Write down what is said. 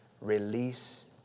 release